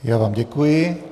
Já vám děkuji.